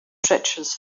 treacherous